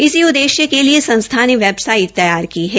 इसी उददेश्य के लिए संस्था ने वेबसाइट तैयार की है